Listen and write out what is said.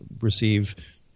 receive